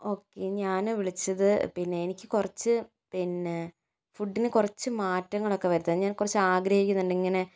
okay ഞാൻ വിളിച്ചത് പിന്നെ എനിക്ക് കുറച്ച് പിന്നെ ഫുഡിന് കുറച്ചു മാറ്റങ്ങളൊക്കെ വരുത്താൻ ഞാൻ കുറച്ച് ആഗ്രഹിക്കുന്നുണ്ട് ഇങ്ങനെ